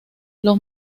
los